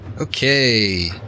Okay